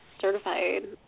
certified